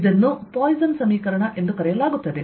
ಇದನ್ನು ಪಾಯ್ಸನ್ ಸಮೀಕರಣ ಎಂದು ಕರೆಯಲಾಗುತ್ತದೆ